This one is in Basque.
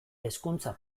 hezkuntza